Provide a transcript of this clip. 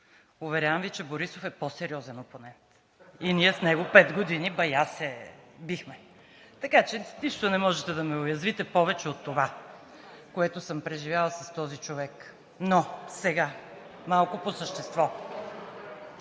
Уверявам Ви, че Борисов е по-сериозен опонент и ние с него пет години бая се бихме. Така че с нищо не можете да ме уязвите повече от това, което съм преживяла с този човек, но сега малко по същество.